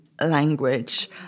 language